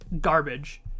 garbage